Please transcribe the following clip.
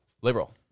liberal